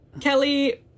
kelly